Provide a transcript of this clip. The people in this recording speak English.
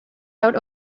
out